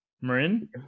Marin